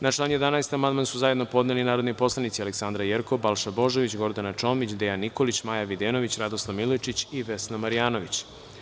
Na član 11. amandman su zajedno podneli narodni poslanici Aleksandra Jerkov, Balša Božović, Gordana Čomić, Dejan Nikolić, Maja Videnović, Radoslav Milojičić i Vesna Marjanović.